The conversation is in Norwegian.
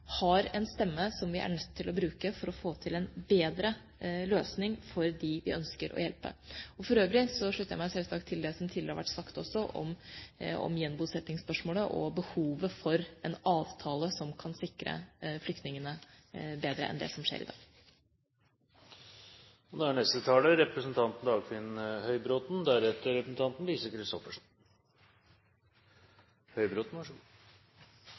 som en stor giver av kjernebidrag – har en stemme som vi er nødt til å bruke for å få til en bedre løsning for dem vi ønsker å hjelpe. For øvrig slutter jeg meg selvsagt til det som tidligere har vært sagt også om spørsmålet om gjenbosetting og behovet for en avtale som kan sikre flyktningene bedre enn det som skjer i dag. La meg først takke representanten Haugli for å ha reist denne interpellasjonen og utenriksministeren for svaret. Problemstillingen er